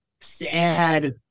sad